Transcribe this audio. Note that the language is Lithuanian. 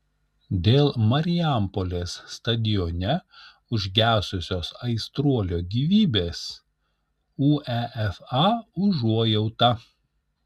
dėl marijampolės stadione užgesusios aistruolio gyvybės uefa užuojauta